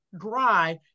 dry